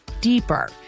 deeper